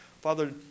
Father